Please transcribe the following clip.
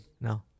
No